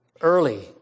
early